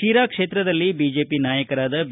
ಶಿರಾ ಕ್ಷೇತ್ರದಲ್ಲಿ ಬಿಜೆಪಿ ನಾಯಕರಾದ ಬಿ